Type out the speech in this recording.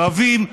ערבים,